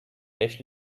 dish